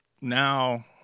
now